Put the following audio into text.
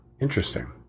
Interesting